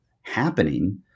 happening